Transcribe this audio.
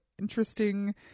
interesting